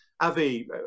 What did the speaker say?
Avi